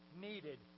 needed